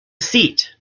seat